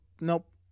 Nope